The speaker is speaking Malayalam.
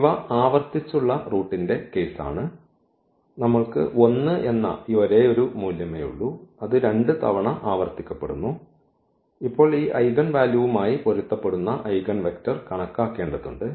ഇവ ആവർത്തിച്ചുള്ള റൂട്ടിന്റെ കേസ് ആണ് നമ്മൾക്ക് 1 എന്ന ഈ ഒരേയൊരു മൂല്യമേയുള്ളൂ അത് 2 തവണ ആവർത്തിക്കപ്പെടുന്നു ഇപ്പോൾ ഈ ഐഗൻവാല്യൂവുമായി പൊരുത്തപ്പെടുന്ന ഐഗൺവെക്റ്റർ കണക്കാക്കേണ്ടതുണ്ട്